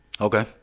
Okay